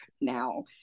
now